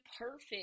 perfect